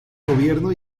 gobierno